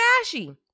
ashy